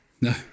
No